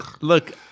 Look